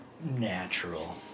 natural